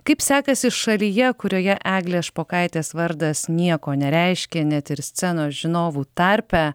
kaip sekasi šalyje kurioje eglės špokaitės vardas nieko nereiškė net ir scenos žinovų tarpe